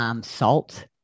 Salt